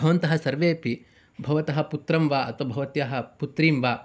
भवन्तः सर्वेपि भवतः पुत्रं वा अथवा भवत्याः पुत्रीं वा